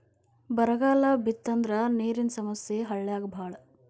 ಬರಗಾಲ ಬಿತ್ತಂದ್ರ ನೇರಿನ ಸಮಸ್ಯೆ ಹಳ್ಳ್ಯಾಗ ಬಾಳ